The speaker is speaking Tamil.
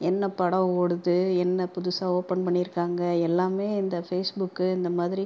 என்ன படம் ஓடுது என்ன புதுசாக ஓப்பன் பண்ணியிருக்காங்க எல்லாமே இந்த ஃபேஸ்புக்கு இந்த மாதிரி